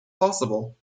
possible